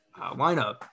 lineup